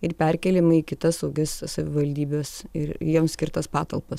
ir perkeliami į kitas saugias savivaldybes ir jiem skirtas patalpas